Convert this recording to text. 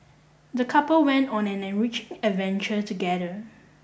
the couple went on an enriching adventure together